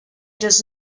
does